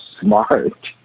smart